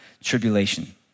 tribulation